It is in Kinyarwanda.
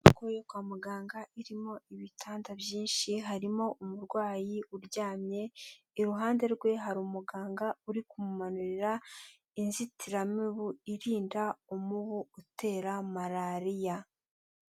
Inyubako yo kwa muganga irimo ibitanda byinshi, harimo umurwayi uryamye, iruhande rwe hari umuganga uri kumumanurira inzitiramibu irinda umubu utera malariya.